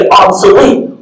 obsolete